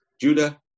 Judah